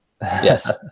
Yes